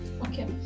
Okay